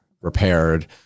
repaired